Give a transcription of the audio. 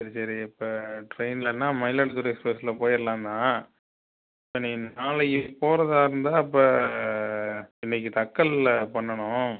சரி சரி இப்போ ட்ரெய்ன்லன்னா மயிலாடுதுறை எக்ஸ்ப்ரஸ்ஸில் போய்ர்லாம் தான் இப்போ நீ நாளைக்கு போறதாக இருந்தால் இப்போ இன்னிக்கு தட்கல்ல பண்ணனும்